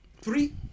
Three